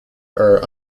are